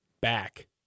back